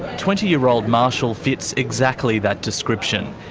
twenty year old marshall fits exactly that description.